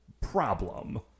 problem